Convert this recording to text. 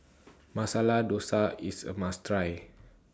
Masala Dosa IS A must Try